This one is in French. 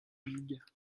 huyghe